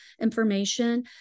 information